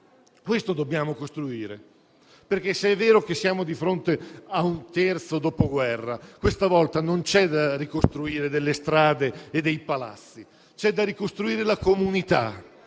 Questo dobbiamo costruire. Perché, se è vero che siamo di fronte a un terzo dopoguerra, questa volta non ci sono da ricostruire delle strade e dei palazzi, ma c'è da ricostruire la comunità.